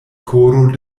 koro